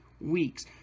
weeks